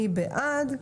מי בעד?